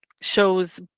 shows